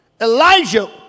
Elijah